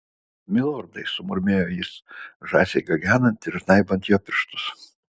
milordai sumurmėjo jis žąsiai gagenant ir žnaibant jo pirštus